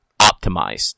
optimized